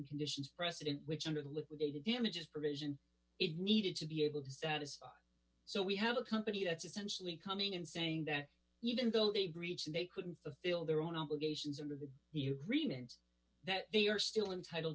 conditions precedent which under the liquidated damages provision it needed to be able to satisfy so we have a company that's essentially coming in saying that even though they breached they couldn't fill their own obligations under the here remains that they are still entitle